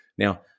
Now